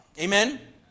Amen